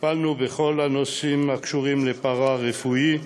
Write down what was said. טיפלנו בכל הנושאים הקשורים לפארה-רפואי,